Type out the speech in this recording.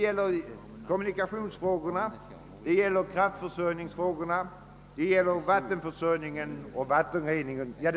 Jag tänker här t.ex. på kommunikationsoch kraftförsörjningsfrågorna samt på vattenförsörjningen och vattenreningen m.m.